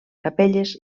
capelles